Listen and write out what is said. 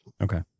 okay